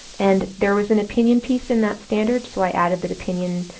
and there was an opinion piece in that standard. so i added the opinion,